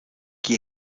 qui